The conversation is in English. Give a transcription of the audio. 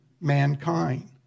mankind